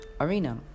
arena